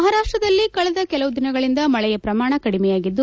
ಮಹಾರಾಷ್ಟದಲ್ಲಿ ಕಳೆದ ಕೆಲವು ದಿನಗಳಿಂದ ಮಳೆ ಪ್ರಮಾಣ ಕಡಿಮೆಯಾಗಿದ್ದು